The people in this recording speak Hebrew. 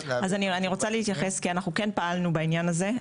אני רוצה להתייחס כי אנחנו כן פעלנו בעניין הזה.